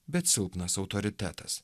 bet silpnas autoritetas